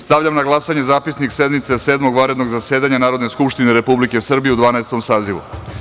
Stavljam na glasanje Zapisnik sednice Sedmog vanrednog zasedanja Narodne skupštine Republike Srbije u Dvanaestom sazivu.